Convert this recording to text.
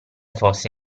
fosse